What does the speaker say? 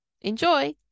Enjoy